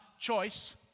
choice